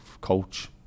coach